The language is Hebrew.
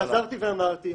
חזרתי ואמרתי,